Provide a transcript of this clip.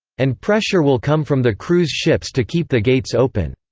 and pressure will come from the cruise ships to keep the gates open.